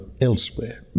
elsewhere